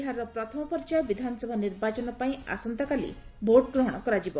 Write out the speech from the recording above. ବିହାରର ପ୍ରଥମ ପର୍ଯ୍ୟାୟ ବିଧାନସଭା ନିର୍ବାଚନ ପାଇଁ ଆସନ୍ତାକାଲି ଭୋଟ୍ ଗ୍ରହଣ କରାଯିବ